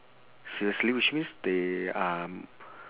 seriously which means they are